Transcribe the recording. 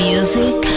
Music